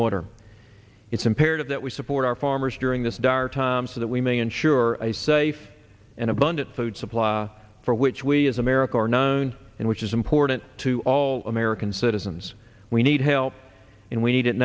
water it's imperative that we support our farmers during this dire time so that we may ensure a safe and abundant food supply for which we as america are known and which is important to all american citizens we need help and we need it